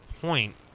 point